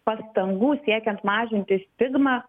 pastangų siekiant mažinti stigmą